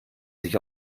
sich